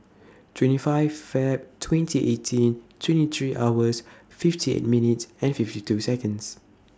twenty five Feb twenty eighteen twenty three hours fifty eight minutes and fifty two Seconds